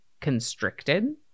constricted